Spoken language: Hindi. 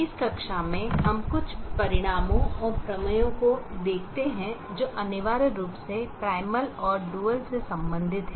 इस कक्षा में हम कुछ परिणामों और प्रमेयों को देखते हैं जो अनिवार्य रूप से प्राइमल और डुअल से संबंधित हैं